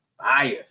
fire